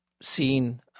seen